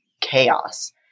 chaos